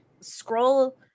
scroll